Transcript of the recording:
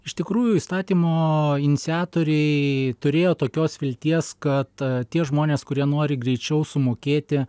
iš tikrųjų įstatymo iniciatoriai turėjo tokios vilties kad tie žmonės kurie nori greičiau sumokėti